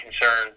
concern